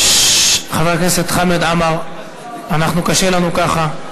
חבר הכנסת חמד עמאר, אנחנו, קשה לנו ככה.